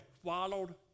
swallowed